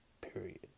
period